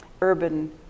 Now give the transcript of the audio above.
urban